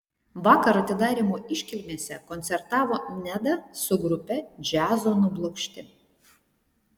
vakar atidarymo iškilmėse koncertavo neda su grupe džiazo nublokšti